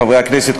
חברי הכנסת,